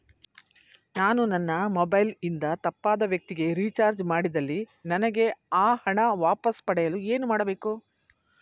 ನಾನು ನನ್ನ ಮೊಬೈಲ್ ಇಂದ ತಪ್ಪಾದ ವ್ಯಕ್ತಿಗೆ ರಿಚಾರ್ಜ್ ಮಾಡಿದಲ್ಲಿ ನನಗೆ ಆ ಹಣ ವಾಪಸ್ ಪಡೆಯಲು ಏನು ಮಾಡಬೇಕು?